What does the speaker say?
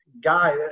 guy